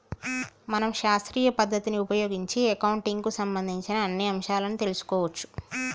మనం శాస్త్రీయ పద్ధతిని ఉపయోగించి అకౌంటింగ్ కు సంబంధించిన అన్ని అంశాలను తెలుసుకోవచ్చు